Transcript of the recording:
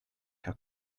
her